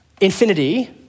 Infinity